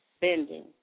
bending